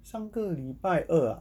上个礼拜二 ah